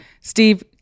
Steve